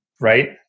right